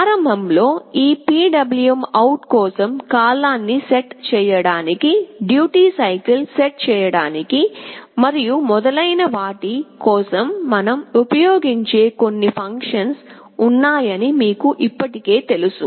ప్రారంభంలో ఈ PwmOut కోసం కాలాన్ని సెట్ చేయడానికి డ్యూటీ సైకిల్ సెట్ చేయడానికి మరియు మొదలైన వాటి కోసం మనం ఉపయోగించే కొన్ని ఫంక్షన్లు ఉన్నాయని మీకు ఇప్పటికే తెలుసు